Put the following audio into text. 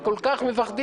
אני חושב